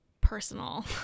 personal